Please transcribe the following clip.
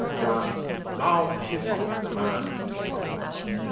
that now the hip of the man becomes the cup.